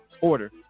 order